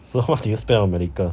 so what do you spend on medical